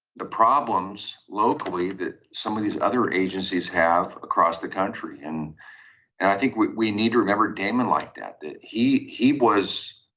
the problems locally that some of these other agencies have across the country and and i think we need to remember damon like that, that he he was